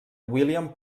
william